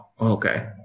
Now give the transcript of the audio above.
Okay